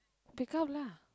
pick up lah